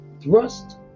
thrust